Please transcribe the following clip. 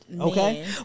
Okay